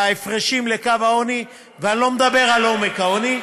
בהפרשים לקו העוני, ואני לא מדבר על עומק העוני,